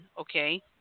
okay